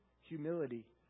humility